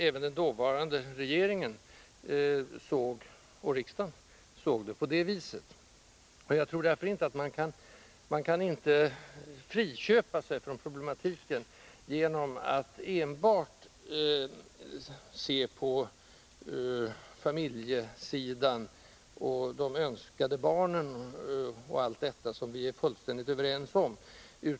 Även den dåvarande regeringen och riksdagen såg problemet på detta vis. Jag tror därför inte att man kan friköpa sig från den problematiken genom att uteslutande se på familjesidan, med de önskade barnen och allt detta som vi är fullkomligt överens om.